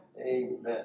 amen